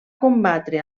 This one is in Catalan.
combatre